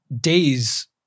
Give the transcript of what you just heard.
days